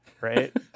right